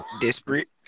Desperate